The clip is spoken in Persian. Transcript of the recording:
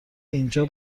اینجا